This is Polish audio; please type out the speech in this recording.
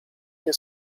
nie